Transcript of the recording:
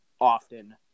often